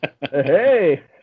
Hey